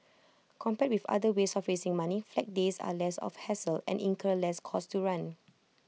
compared with other ways of raising money Flag Days are less of A hassle and incur less cost to run